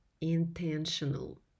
intentional